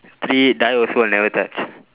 three die also will never touch